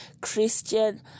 Christian